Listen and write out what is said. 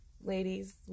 ladies